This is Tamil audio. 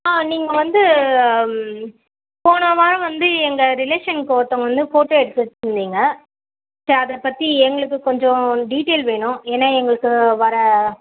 ஆ நீங்கள் வந்து ம் போன வாரம் வந்து எங்கள் ரிலேஷன்க்கு ஒருத்தவங்களுக்கு வந்து ஃபோட்டோ எடுத்து வச்சிருந்தீங்க ஸோ அதை பற்றி எங்களுக்கு கொஞ்சம் டீட்டெயில் வேணும் ஏன்னா எங்களுக்கு வர